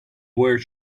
where